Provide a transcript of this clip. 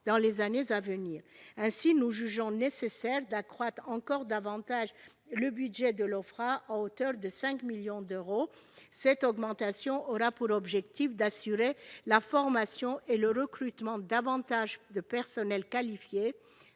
dans les années à venir. Ainsi, nous jugeons nécessaire d'accroître encore davantage le budget de cet Office, à hauteur de 5 millions d'euros. Cette augmentation a pour objectif d'assurer la formation et le recrutement de plus de personnel qualifié